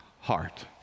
heart